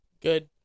Good